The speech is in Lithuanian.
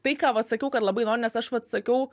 tai ką vat sakiau kad labai noriu nes aš vat sakiau